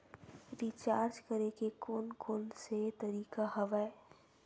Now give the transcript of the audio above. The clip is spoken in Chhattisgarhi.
रिचार्ज करे के कोन कोन से तरीका हवय?